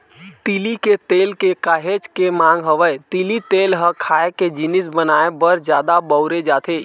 तिली के तेल के काहेच के मांग हवय, तिली तेल ह खाए के जिनिस बनाए बर जादा बउरे जाथे